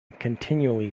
continually